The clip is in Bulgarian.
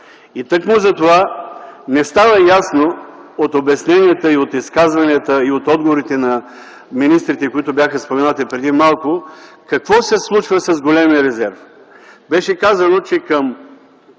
Тъкмо затова не става ясно от обясненията, изказванията и от отговорите на министрите, които бяха споменати преди малко, какво се случва с големия резерв. Беше казано, че към